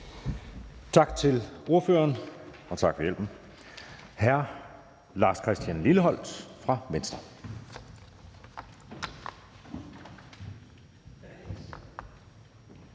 Tak til ordføreren – og tak for hjælpen. Hr. Lars Christian Lilleholt fra Venstre.